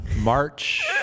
March